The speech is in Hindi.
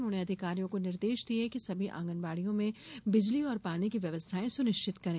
उन्होंने अधिकारियों को निर्देश दिये कि सभी आँगनबाड़ियों में बिजली और पानी की व्यवस्थाएँ सुनिश्चित करें